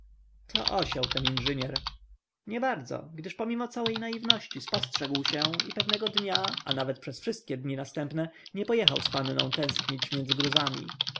osioł ten inżynier niebardzo gdyż pomimo całej naiwności spostrzegł się i pewnego dnia a nawet przez wszystkie dni następne nie pojechał z panną tęsknić między gruzami